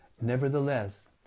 Nevertheless